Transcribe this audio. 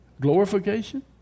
Glorification